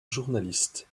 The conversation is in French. journaliste